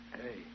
Hey